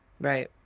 Right